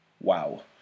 wow